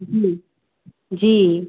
जी जी